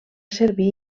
servir